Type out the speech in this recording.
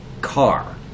car